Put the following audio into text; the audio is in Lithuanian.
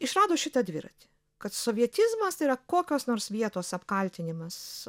išrado šitą dviratį kad sovietizmas tai yra kokios nors vietos apkaltinimas